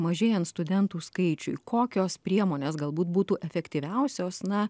mažėjant studentų skaičiui kokios priemonės galbūt būtų efektyviausios na